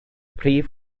prif